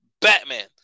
Batman